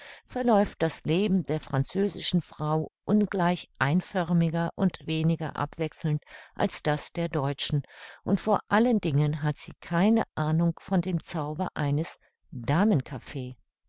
verläuft das leben der französischen frau ungleich einförmiger und weniger abwechselnd als das der deutschen und vor allen dingen hat sie keine ahnung von dem zauber eines